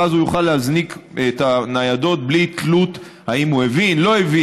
ואז הוא יוכל להזניק את הניידות בלי תלות אם הוא הבין או לא הבין,